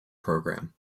program